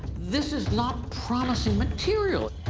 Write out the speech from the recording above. this is not promising material.